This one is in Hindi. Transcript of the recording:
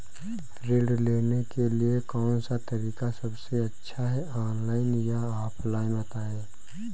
ऋण लेने के लिए कौन सा तरीका सबसे अच्छा है ऑनलाइन या ऑफलाइन बताएँ?